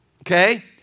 okay